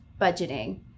budgeting